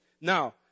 Now